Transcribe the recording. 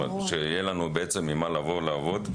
שיהיה לנו בעצם עם מה לבוא לעבוד.